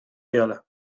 wiele